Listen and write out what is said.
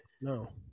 no